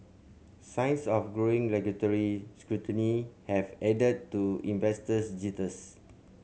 signs of growing regulatory scrutiny have added to investors jitters